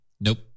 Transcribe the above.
Nope